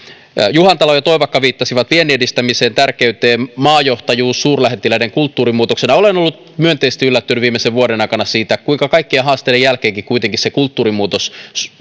juhantalo ja toivakka viittasivat viennin edistämisen tärkeyteen maajohtajuus suurlähettiläiden kulttuurimuutoksena olen ollut myönteisesti yllättynyt viimeisen vuoden aikana siitä kuinka kaikkien haasteiden jälkeenkin se kulttuurin muutos